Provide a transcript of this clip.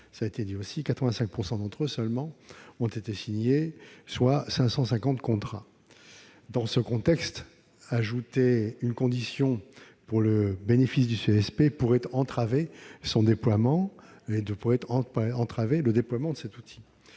85 % d'entre eux seulement ont été signés, soit 550 contrats. Dans ce contexte, ajouter une condition pour le bénéfice du CESP pourrait entraver le déploiement de cet outil,